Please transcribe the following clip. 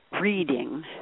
reading